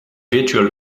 virtual